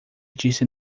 disse